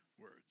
words